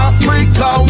Africa